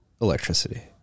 electricity